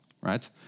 right